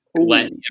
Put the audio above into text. let